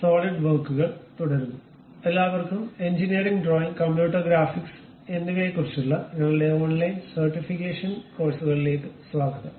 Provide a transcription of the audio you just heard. solid വർക്കുകൾ തുടരുന്നു എല്ലാവർക്കും എഞ്ചിനീയറിംഗ് ഡ്രോയിംഗ് കമ്പ്യൂട്ടർ ഗ്രാഫിക്സ് എന്നിവയെക്കുറിച്ചുള്ള ഞങ്ങളുടെ ഓൺലൈൻ സർട്ടിഫിക്കേഷൻ കോഴ്സുകളിലേക്ക് സ്വാഗതം